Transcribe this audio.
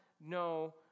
no